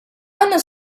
għandna